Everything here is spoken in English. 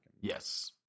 Yes